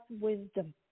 wisdom